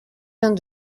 vingt